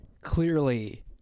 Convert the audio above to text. clearly